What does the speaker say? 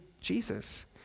Jesus